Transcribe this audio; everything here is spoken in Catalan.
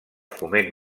foment